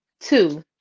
two